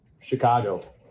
Chicago